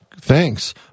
thanks